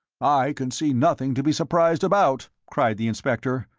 i can see nothing to be surprised about, cried the inspector.